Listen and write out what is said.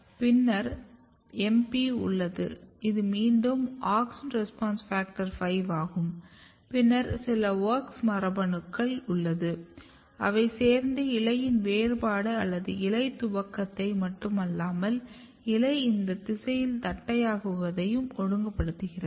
பின்னர் MP உள்ளது இது மீண்டும் AUXIN RESPONSE FACTOR 5 ஆகும் பின்னர் சில WOX மரபணுக்களும் உள்ளது அவை சேர்ந்து இலையின் வேறுபாடு அல்லது இலை துவக்கத்தை மட்டுமல்லாமல் இலை இந்த திசையில் தட்டையாகுவதையும் ஒழுங்குபடுத்துகிறது